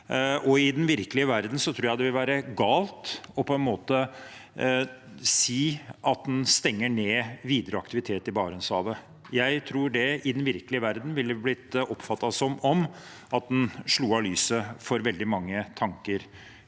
i den virkelige verden tror jeg på en måte det vil være galt å si at en stenger ned videre aktivitet i Barentshavet. Jeg tror det i den virkelige verden ville blitt oppfattet som at en slo av lyset for veldig mange og